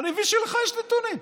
אני מבין שלך יש נתונים.